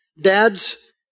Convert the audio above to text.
Dads